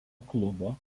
klubo